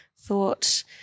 thought